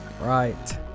right